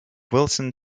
wilson